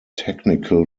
technical